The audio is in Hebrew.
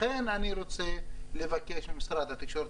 לכן אני רוצה לבקש ממשרד התקשורת.